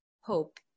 hope